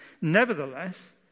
Nevertheless